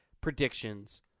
predictions